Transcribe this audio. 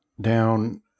down